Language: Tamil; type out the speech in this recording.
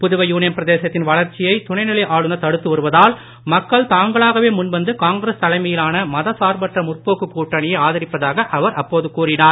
புதுவை யூனியன் பிரதேசத்தின் வளர்ச்சியை துணைநிலை ஆளுனர் தடுத்து வருவதால் மக்கள் தாங்களாகவே முன்வந்து காங்கிரஸ் தலைமையிலான மதசார்பற்ற முற்போக்குக் கூட்டணியை ஆதரிப்பதாக அவர் அப்போது கூறினார்